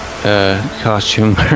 costume